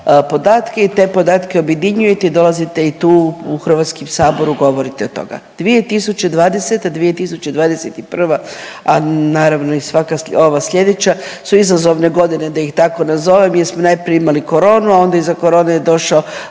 podatke i to podatke objedinjujete i dolazite i tu u HS i govorite od toga. 2020., 2021., a naravno i svaka ova sljedeća su izazovne godine, da ih tako nazovem jer smo najprije imali koronu, a onda iza korone je došao